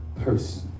person